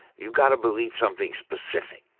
you've got to believe something specific.